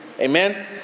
Amen